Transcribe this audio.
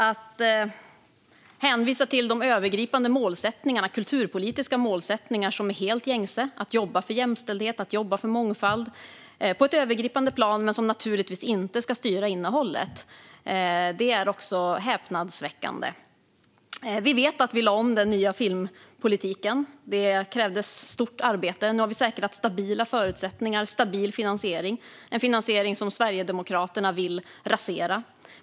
Att hänvisa till de övergripande kulturpolitiska målsättningar som är helt gängse - att på ett övergripande plan jobba för jämställdhet och mångfald, naturligtvis utan att styra innehållet - är häpnadsväckande. Vi vet att vi lade om filmpolitiken. Det krävdes ett stort arbete, och nu har vi säkrat stabila förutsättningar och stabil finansiering - en finansiering som Sverigedemokraterna vill rasera.